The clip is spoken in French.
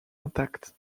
intact